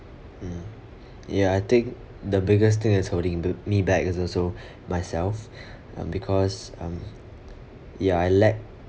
mm ya I think the biggest thing that's holding into me back is also myself um because um ya I lack